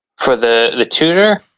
for the the tudor,